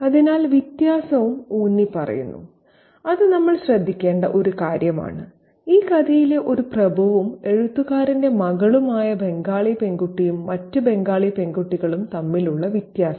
അതിനാൽ വ്യത്യാസവും ഊന്നിപ്പറയുന്നു അത് നമ്മൾ ശ്രദ്ധിക്കേണ്ട ഒരു കാര്യമാണ് ഈ കഥയിലെ ഒരു പ്രഭുവും എഴുത്തുകാരന്റെ മകളുമായ ബംഗാളി പെൺകുട്ടിയും മറ്റു ബംഗാളി പെൺകുട്ടികളും തമ്മിലുള്ള വ്യത്യാസം